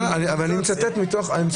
אני מצטט מתוך הדברים האלה.